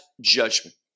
judgment